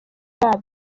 bwabyo